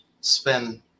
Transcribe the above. spend